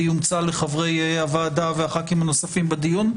יומצא לחברי הוועדה והח"כים הנוספים בדיון,